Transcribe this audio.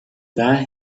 die